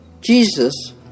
Jesus